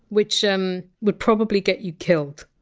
which and would probably get you killed